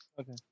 Okay